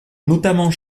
notamment